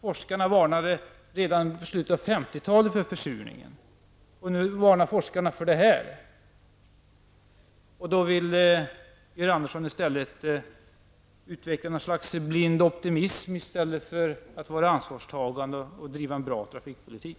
Forskarna varnade för försurningen redan i slutet av 50-talet, och nu varnar forskarna för detta. Georg Andersson vill då gärna utveckla någon slags blind optimism, i stället för att vara ansvarstagande och driva en bra trafikpolitik.